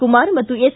ಕುಮಾರ ಮತ್ತು ಎಸ್